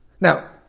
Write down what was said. Now